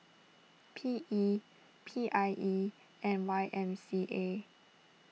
P E P I E and Y M C A